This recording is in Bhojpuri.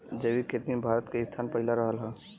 जैविक खेती मे भारत के स्थान पहिला रहल बा